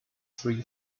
free